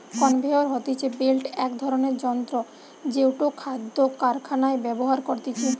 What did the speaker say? conveyor হতিছে belt এক ধরণের যন্ত্র জেটো খাদ্য কারখানায় ব্যবহার করতিছে